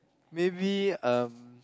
maybe um